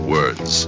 words